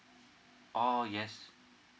oh yes